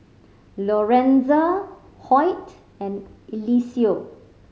Lorenza Hoyt and Eliseo